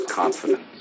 Confident